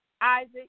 Isaac